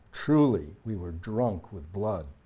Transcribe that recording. truly we were drunk with blood.